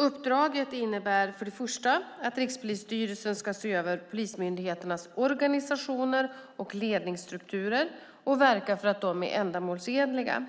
Uppdraget innebär för det första att Rikspolisstyrelsen ska se över polismyndigheternas organisationer och ledningsstrukturer och verka för att de är ändamålsenliga.